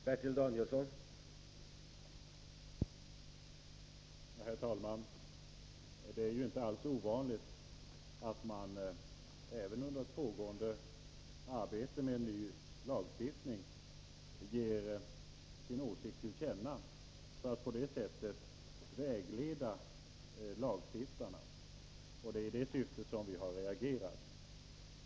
Herr talman! Det är ju inte alls ovanligt att man även under ett pågående arbete med ny lagstiftning ger sin åsikt till känna för att på det sättet vägleda lagstiftarna, och det är därför som vi har reagerat.